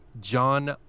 John